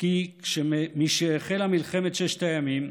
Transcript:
כי משהחלה מלחמת ששת הימים,